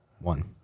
one